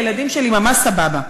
הילדים שלי ממש סבבה.